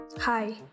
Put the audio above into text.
Hi